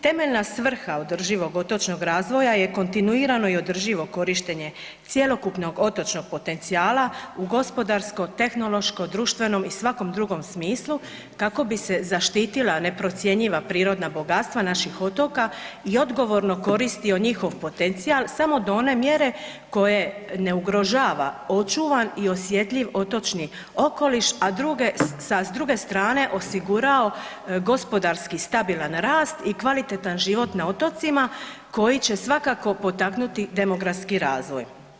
Temeljna svrha održivog otočnog razvoja je kontinuirano i održivo korištenje cjelokupnog otočnog potencijala u gospodarskom, tehnološkom, društvenom i svakom drugom smislu kako bi se zaštitila neprocjenjiva prirodna bogatstva naših otoka i odgovorno koristio njihov potencijal samo do one mjere koje ne ugrožava očuvan i osjetljiv otočni okoliš, a s druge strane osigurao gospodarski stabilan rast i kvalitetan život na otocima koji će svakako potaknuti demografski razvoj.